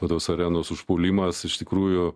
na tos arenos užpuolimas iš tikrųjų